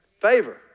Favor